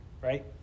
right